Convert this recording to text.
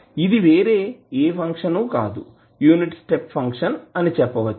ఇది వేరే ఏ ఫంక్షన్ కాదు యూనిట్ స్టెప్ ఫంక్షన్ అని చెప్పవచ్చు